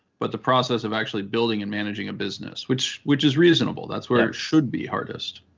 but the process of actually building and managing a business, which which is reasonable. that's where it should be hardest.